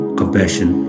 compassion